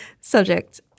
Subject